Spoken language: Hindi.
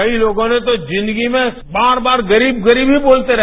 कई लोगों ने तो जिंदगी में बार बार गरीब गरीब ही बोलते रहे